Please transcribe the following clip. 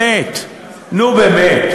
באמת.